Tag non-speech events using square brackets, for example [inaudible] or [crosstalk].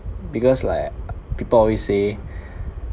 because like [noise] people always say [breath]